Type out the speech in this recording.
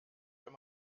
wenn